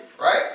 Right